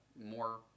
more